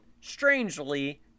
strangely